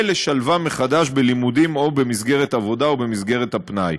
ולשלבם מחדש בלימודים או במסגרת עבודה או במסגרת הפנאי.